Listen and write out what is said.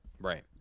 Right